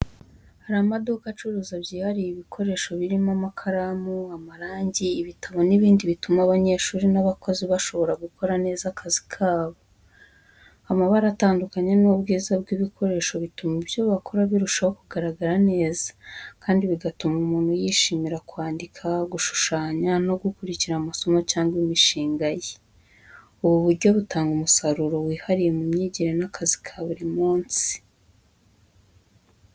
Hari amaduka acuruza byihariye ibikoresho birimo amakaramu, amarangi, ibitabo n’ibindi bituma abanyeshuri n’abakozi bashobora gukora neza akazi kabo. Amabara atandukanye n’ubwiza bw’ibikoresho bituma ibyo bakora birushaho kugaragara neza kandi bigatuma umuntu yishimira kwandika, gushushanya no gukurikira amasomo cyangwa imishinga ye. Ubu buryo butanga umusaruro wihariye mu myigire n’akazi ka buri munsi.